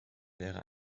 wäre